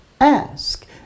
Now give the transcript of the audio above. ask